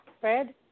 Fred